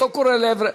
הוא קורא לעברך.